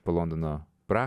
po londono pra